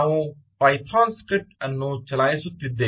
ನಾವು Python script ಅನ್ನು ಚಲಾಯಿಸುತ್ತಿದ್ದೇವೆ